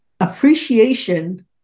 appreciation